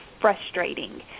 frustrating